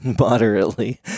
moderately